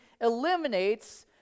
eliminates